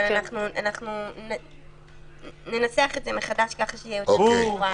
אנחנו ננסח את זה מחדש כך שיהיה יותר מובן.